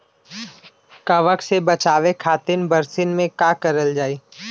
कवक से बचावे खातिन बरसीन मे का करल जाई?